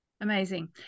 Amazing